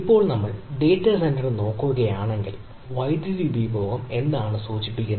ഇപ്പോൾ നമ്മൾ ഡാറ്റാ സെന്ററിൽ നോക്കുകയാണെങ്കിൽ വൈദ്യുതി ഉപഭോഗം എന്താണ് സൂചിപ്പിക്കുന്നത്